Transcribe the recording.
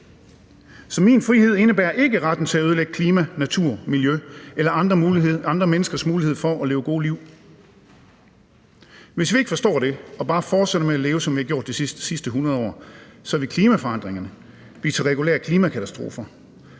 Så min frihed indebærer ikke retten til at ødelægge klima, natur og miljø eller andre menneskers mulighed for at leve gode liv. Hvis vi ikke forstår det og bare fortsætter med at leve, som vi har gjort de sidste 100 år, vil klimaforandringerne blive til regulære klimakatastrofer.